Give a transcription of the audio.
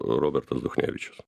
robertas duchnevičius